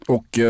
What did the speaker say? Och